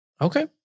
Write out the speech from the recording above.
Okay